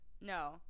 No